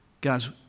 Guys